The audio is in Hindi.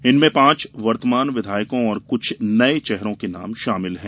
इनमें पांच वर्तमान विधायकों और कुछ नये चेहरों के नाम शामिल है